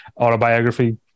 autobiography